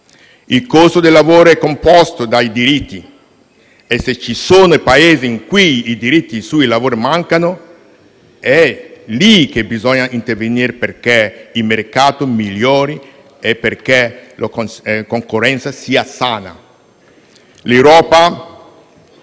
Il costo del lavoro è composto dai diritti: e se ci sono Paesi in cui i diritti sul lavoro mancano, è lì che bisogna intervenire perché il mercato migliori e perché la concorrenza sia sana. L'Europa